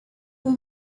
who